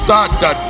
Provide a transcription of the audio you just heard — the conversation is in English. Sada